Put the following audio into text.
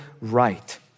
right